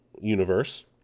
universe